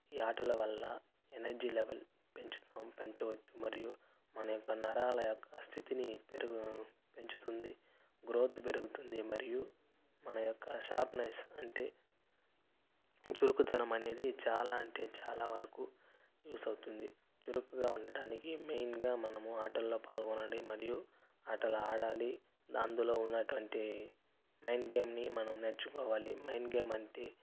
ఈ ఆటల వల్ల ఎనర్జీ లెవెల్ పెంచుతాం పెంచవచ్చు మరియు మన యొక్క నరాల యొక్క స్థితిని పెరుగు పెంచుతుంది గ్రోత్ పెరుగుతుంది మరియు మన యొక్క షార్ప్నెస్ అంటే చురుకుతనం అనేది చాలా అంటే చాలా వరకు యూస్ అవుతుంది చురుకుగా ఉండడానికి మెయిన్గా మనము ఆటల్లో పాల్గొనాలి మరియు ఆటలు ఆడాలి అందులో ఉన్నటువంటి మైండ్ గేమ్ని మనం నేర్చుకోవాలి మైండ్ గేమ్ అంటే